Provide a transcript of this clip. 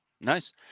Nice